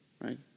right